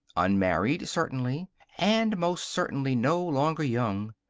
unmarried, certainly. and most certainly no longer young.